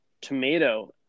tomato